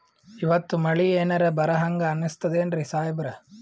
ಇವತ್ತ ಮಳಿ ಎನರೆ ಬರಹಂಗ ಅನಿಸ್ತದೆನ್ರಿ ಸಾಹೇಬರ?